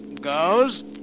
goes